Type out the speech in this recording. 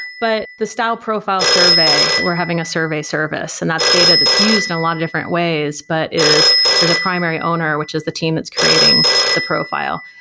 but the style profile survey, we're having a survey service and that's data that's used a lot of different ways, but there's a primary owner which is the team that's creating the profile.